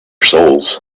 souls